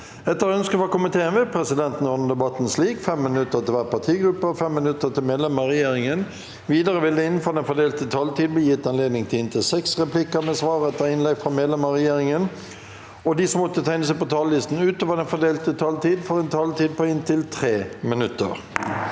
og kulturkomiteen vil presidenten ordne debatten slik: 5 minutter til hver partigruppe og 5 minutter til medlemmer av regjeringen. Videre vil det – innenfor den fordelte taletid – bli gitt anledning til inntil seks replikker med svar etter innlegg fra medlemmer av regjeringen, og de som måtte tegne seg på talerlisten utover den fordelte taletid, får en taletid på inntil 3 minutter.